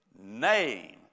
name